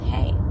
hey